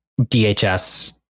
DHS